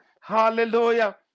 Hallelujah